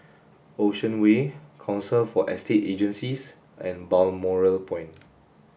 Ocean Way Council for Estate Agencies and Balmoral Point